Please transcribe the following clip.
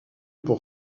pour